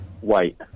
White